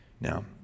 Now